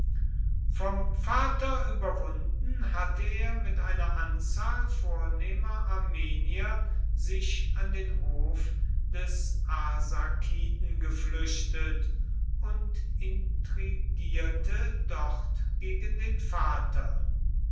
vom vater überwunden hatte er mit einer anzahl vornehmer armenier sich an den hof des arsakiden geflüchtet und intrigierte dort gegen den vater